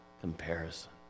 comparison